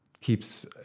keeps